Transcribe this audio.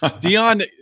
Dion